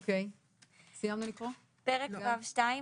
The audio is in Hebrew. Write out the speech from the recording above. פרק ו'2,